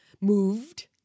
moved